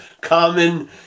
common